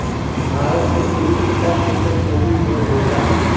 भारत के पुरबी हिस्सा में एकर खेती ढेर होला